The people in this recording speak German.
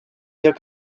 hier